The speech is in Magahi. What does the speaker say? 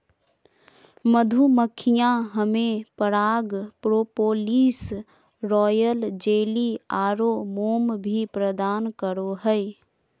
मधुमक्खियां हमें पराग, प्रोपोलिस, रॉयल जेली आरो मोम भी प्रदान करो हइ